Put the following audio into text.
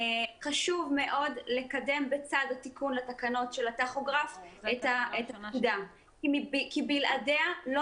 חשוב מאוד לקדם בצד התיקון לתקנות של הטכוגרף את הפקודה כי בלעדיה לא